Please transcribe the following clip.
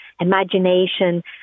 imagination